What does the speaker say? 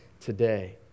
today